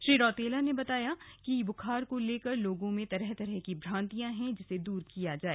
श्री रौतेला ने कहा कि बुखार को लेकर लोगों में तरह तरह की भ्रान्तियां है जिसे दूर किया जाए